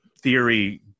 theory